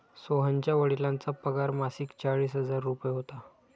सोहनच्या वडिलांचा पगार मासिक चाळीस हजार रुपये होता